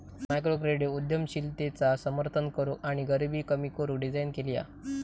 microcredit उद्यमशीलतेचा समर्थन करूक आणि गरीबी कमी करू डिझाईन केली हा